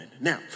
Now